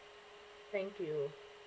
thank you